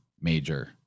major